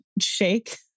shake